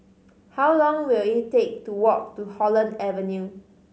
how long will it take to walk to Holland Avenue